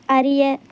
அறிய